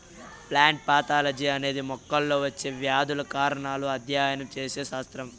plant pathology అనేది మొక్కల్లో వచ్చే వ్యాధుల కారణాలను అధ్యయనం చేసే శాస్త్రం